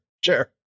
sure